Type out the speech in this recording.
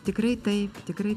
tikrai taip tikrai